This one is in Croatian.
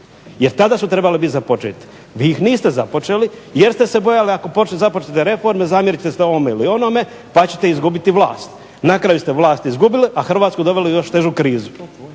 Jer tada su trebale biti započete. Vi ih niste započeli jer ste se bojali ako započnete reforme, zamjeriti ćete se ovome ili onome pa ćete izgubiti vlast. Na kraju ste vlast izgubili a Hrvatsku doveli u još težu krizu.